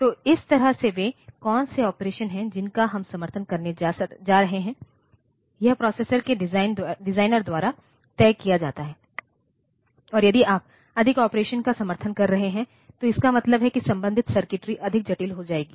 तो इस तरह से वे कौन से ऑपरेशन हैं जिनका हम समर्थन करने जा रहे हैं यह प्रोसेसर के डिजाइनर द्वारा तय किया जाता है और यदि आप अधिक ऑपरेशन का समर्थन कर रहे हैं तो इसका मतलब है कि संबंधित सर्किटरी अधिक जटिल हो जाएगी